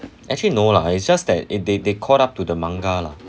actually no lah it's just that it they they caught up to the manga lah